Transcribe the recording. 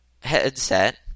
headset